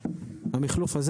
העלות של המחלוף הזה,